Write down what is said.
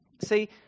See